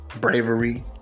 Bravery